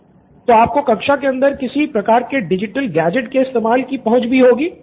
student 1 तो आपको कक्षा के अंदर किसी प्रकार के डिजिटल गैजेट के इस्तेमाल कि पहुँच भी होगी